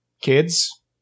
Kids